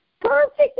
perfect